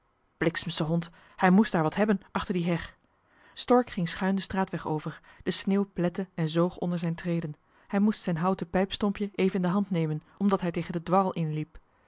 bliksemsche hond hij moest daar wat hebben achter die heg stork ging schuin den straatweg over de sneeuw plette en zoog onder zijn treden hij moest zijn houten pijpstompje even in de hand nemen omdat hij tegen den dwarrel inliep